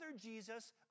Jesus